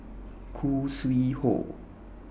Khoo Sui Hoe